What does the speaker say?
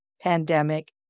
pandemic